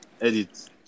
Edit